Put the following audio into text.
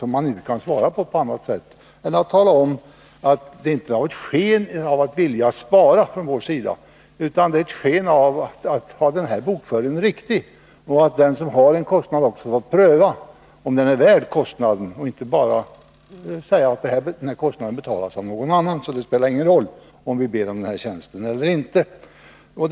Man kan inte nu svara på dem på annat sätt än genom att tala om att vi inte främst syftar till besparingar utan till en riktig bokföring. Den som önskar en åtgärd får också pröva om den är värd den kostnaden och inte bara säga att denna skall betalas av någon annan. — Då spelar ju konsekvenserna av att vi ber om tjänsten ingen roll.